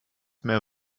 mehr